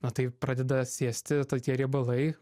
na tai pradeda sėsti ta tie riebalai